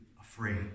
afraid